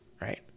Right